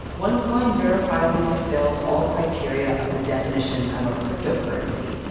onecoin verifiably fulfills all criteria of the definition of a cryptocurrency,